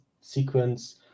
sequence